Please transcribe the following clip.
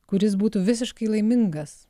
kuris būtų visiškai laimingas